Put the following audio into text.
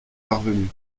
parvenu